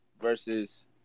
versus